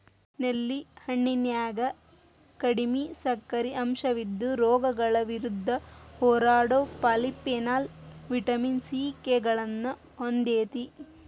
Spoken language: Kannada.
ನೇಲಿ ಹಣ್ಣಿನ್ಯಾಗ ಕಡಿಮಿ ಸಕ್ಕರಿ ಅಂಶವಿದ್ದು, ರೋಗಗಳ ವಿರುದ್ಧ ಹೋರಾಡೋ ಪಾಲಿಫೆನಾಲ್, ವಿಟಮಿನ್ ಸಿ, ಕೆ ಗಳನ್ನ ಹೊಂದೇತಿ